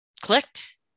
clicked